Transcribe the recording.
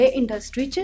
industry